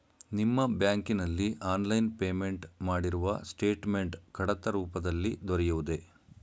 ನಿಮ್ಮ ಬ್ಯಾಂಕಿನಲ್ಲಿ online payment ಮಾಡಿರುವ ಸ್ಟೇಟ್ಮೆಂಟ್ ಕಡತ ರೂಪದಲ್ಲಿ ದೊರೆಯುವುದೇ?